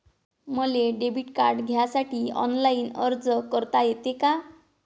मले debit card घ्यासाठी online अर्ज करता येते का?